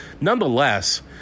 nonetheless